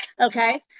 Okay